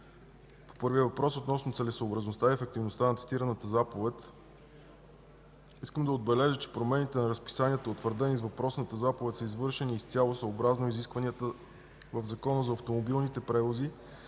по първия въпрос относно целесъобразността и ефективността на цитираната заповед искам да отбележа, че промените на разписанието, утвърдени с въпросната заповед, се извършени изцяло съобразно изискванията в Закона за автомобилните превози